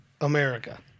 America